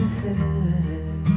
head